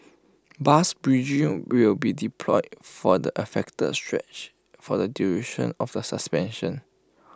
bus bridging will be deployed for the affected stretch for the duration of the suspension